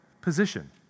position